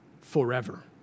forever